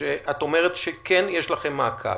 שאת אומרת שכן יש לכם מעקב,